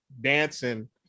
dancing